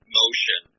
motion